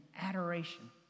adoration